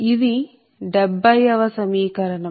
ఇది 70 వ సమీకరణం